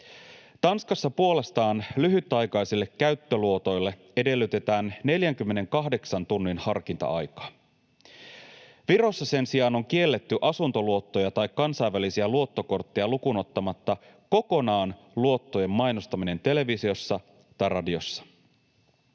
Tanskassa puolestaan lyhytaikaisille käyttöluotoille edellytetään 48 tunnin harkinta-aikaa. Virossa sen sijaan on kielletty asuntoluottoja tai kansainvälisiä luottokortteja lukuun ottamatta kokonaan luottojen mainostaminen televisiossa tai radiossa.